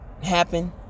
happen